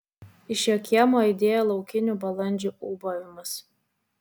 iš jo kiemo aidėjo laukinių balandžių ūbavimas